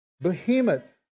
Behemoth